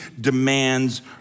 demands